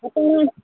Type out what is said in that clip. ଆପଣ